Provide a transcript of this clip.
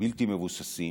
בלתי מבוססים,